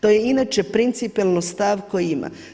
To je inače principijelno stav koji ima.